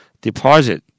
Deposit